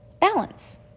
Balance